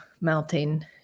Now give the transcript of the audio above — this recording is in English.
melting